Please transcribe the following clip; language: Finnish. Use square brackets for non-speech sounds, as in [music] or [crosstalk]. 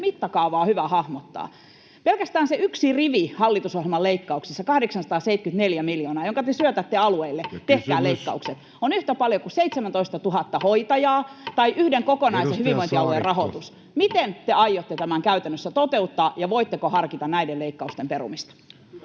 mittakaava on hyvä hahmottaa. Pelkästään se yksi rivi hallitusohjelman leikkauksissa, 874 miljoonaa, [noise] jonka te syötätte alueille, että tehkää leikkaukset, [Puhemies: Ja kysymys?] on yhtä paljon kuin 17 000 hoitajaa tai yhden kokonaisen hyvinvointialueen rahoitus. [Puhemies: Edustaja Saarikko!] Miten te aiotte tämän käytännössä toteuttaa, ja voitteko harkita näiden leikkausten perumista?